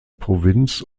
provinz